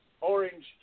orange